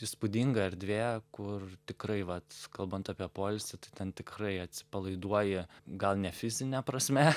įspūdinga erdvė kur tikrai vat kalbant apie poilsį tai ten tikrai atsipalaiduoji gal ne fizine prasme